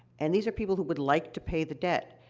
and these are people who would like to pay the debt.